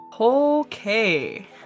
Okay